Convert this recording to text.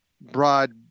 broad